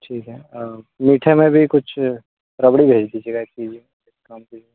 ठीक है मीठे में भी कुछ रबड़ी भेज दीजिएगा एक चीज़ ये काम कीजिए